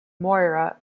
moira